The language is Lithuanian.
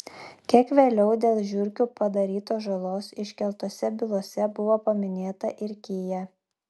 kiek vėliau dėl žiurkių padarytos žalos iškeltose bylose buvo paminėta ir kia